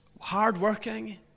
hard-working